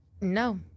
no